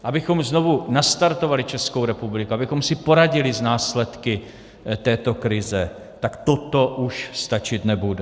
Abychom znovu nastartovali Českou republiku, abychom si poradili s následky této krize, tak toto už stačit nebude.